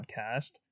podcast